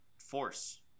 Force